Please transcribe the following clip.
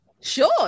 sure